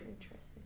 Interesting